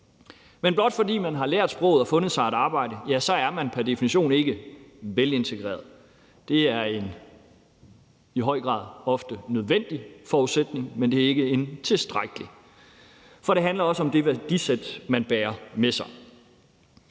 Men blot fordi man har lært sproget og fundet sig et arbejde, ja, så er man ikke pr. definition velintegreret. Det er en i høj grad ofte nødvendig forudsætning, men det er ikke tilstrækkeligt, for det handler også om det værdisæt, man bærer med sig.